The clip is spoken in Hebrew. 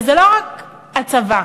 וזה לא רק הצבא,